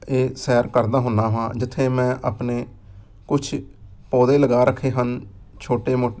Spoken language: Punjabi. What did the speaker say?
ਇਹ ਸੈਰ ਕਰਦਾ ਹੁੰਦਾ ਹਾਂ ਜਿੱਥੇ ਮੈਂ ਆਪਣੇ ਕੁਛ ਪੌਦੇ ਲਗਾ ਰੱਖੇ ਹਨ ਛੋਟੇ ਮੋ